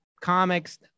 comics